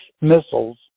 missiles